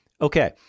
Okay